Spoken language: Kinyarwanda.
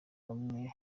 bamwe